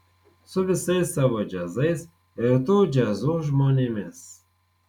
su visais savo džiazais ir tų džiazų žmonėmis